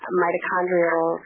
mitochondrial